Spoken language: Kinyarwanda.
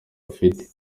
afite